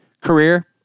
career